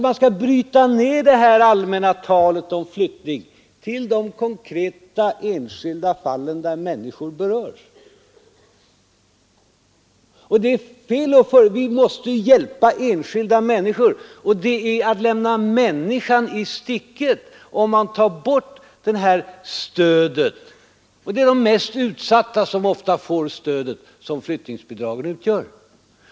Man måste bryta ner det allmänna talet om flyttning och se till de konkreta, enskilda fallen där människor berörs. Vi måste hjälpa enskilda människor. Att ta bort detta stöd innebär att man lämnar människan i sticket. Det är de mest utsatta som ofta får det stöd som flyttningsbidraget utgör.